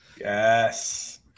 Yes